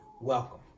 Welcome